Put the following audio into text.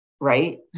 right